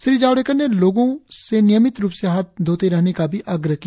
श्री जावड़ेकर ने लोगों से नियमित रूप से हाथ धोते रहने का भी आग्रह किया